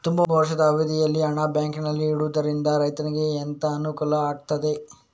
ತುಂಬಾ ವರ್ಷದ ಅವಧಿಯಲ್ಲಿ ಹಣ ಬ್ಯಾಂಕಿನಲ್ಲಿ ಇಡುವುದರಿಂದ ರೈತನಿಗೆ ಎಂತ ಅನುಕೂಲ ಆಗ್ತದೆ?